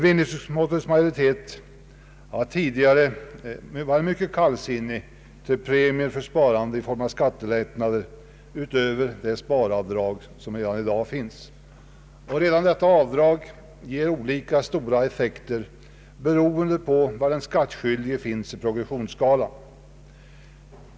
Utskottsmajoriteten har tidigare varit mycket kallsinnig till premier för sparande i form av skattelättnader utöver de sparavdrag som redan i dag finns. Redan detta avdrag ger olika stora effekter, beroende på var den skattskyldige finns på progressionsskalan.